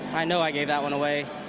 i know i gave that one away.